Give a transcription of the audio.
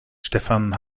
stefan